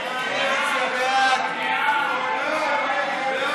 שם